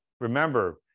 remember